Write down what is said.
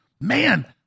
man